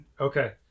Okay